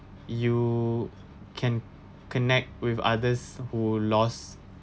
you can connect with others who lost